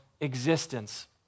existence